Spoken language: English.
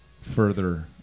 further